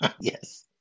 Yes